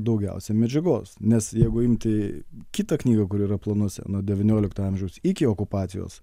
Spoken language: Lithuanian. daugiausiai medžiagos nes jeigu imti kitą knygą kuri yra planuose nuo devyniolikto amžiaus iki okupacijos